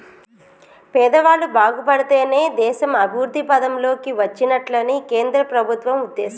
పేదవాళ్ళు బాగుపడితేనే దేశం అభివృద్ధి పథం లోకి వచ్చినట్లని కేంద్ర ప్రభుత్వం ఉద్దేశం